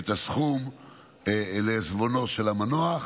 את הסכום לעיזבונו של המנוח.